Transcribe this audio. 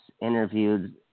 interviewed